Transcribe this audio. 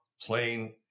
plain